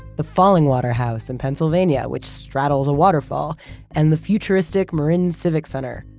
the fallingwater house in pennsylvania, which straddles a waterfall and the futuristic marin civic center,